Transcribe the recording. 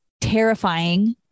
terrifying